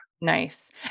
Nice